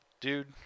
dude